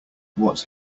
what